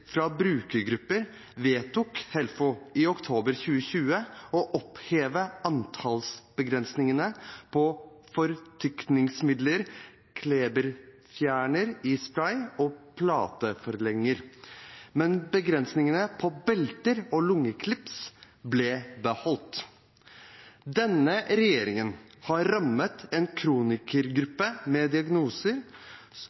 fra brukergrupper vedtok Helfo i oktober 2020 å oppheve antallsbegrensningene på fortykningsmidler, kleberfjerner i spray og plateforlenger. Men begrensningene på belter og lukkeklips ble beholdt. Denne regjeringen har rammet en